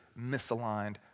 misaligned